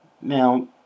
Now